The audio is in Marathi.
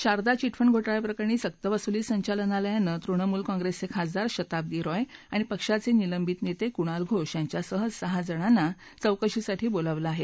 शारदा चिटफंड घोटाळा प्रकरणी सक्तवसुली संचालनालयाने तृणमूल कांग्रेसचे खासदार शताब्दी रॉय आणि पक्षाचे निलंबित नेते कुणाल घोष यांच्यासह सहा जणांना चौकशीसाठी बोलावले आहे